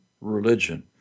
religion